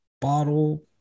bottle